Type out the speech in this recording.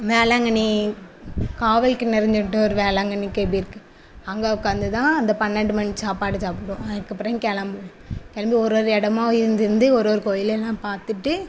வேளாங்கண்ணி காவலுக்கு நிறைந்த இடம் ஒரு வேளாங்கண்ணி கேபி இருக்குது அங்கே உட்காந்து தான் அந்த பன்னெண்டு மணி சாப்பாடு சாப்பிடுவோம் அதுக்கப்பறம் கிளம் கிளம்பி ஒரு ஒரு இடமா இருந்து இருந்து ஒரு ஒரு கோவிலெல்லாம் பார்த்துட்டு